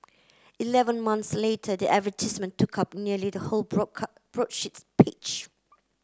eleven months later the advertisement took up nearly the whole broadsheet page